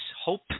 hope